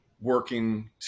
working